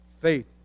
faith